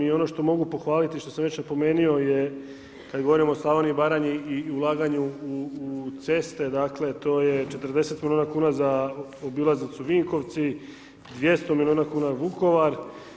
I ono što mogu pohvaliti i što sam već napomenuo je kada govorimo o Slavoniji i Baranji i ulaganju u ceste, dakle, to je 40 milijuna kuna za obilaznicu Vinkovci, 200 milijuna kuna Vukovar.